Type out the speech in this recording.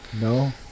No